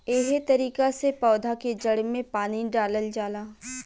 एहे तरिका से पौधा के जड़ में पानी डालल जाला